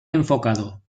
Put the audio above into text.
enfocado